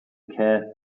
care